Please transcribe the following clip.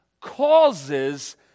causes